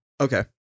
Okay